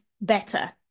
better